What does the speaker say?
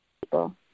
people